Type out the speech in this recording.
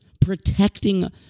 protecting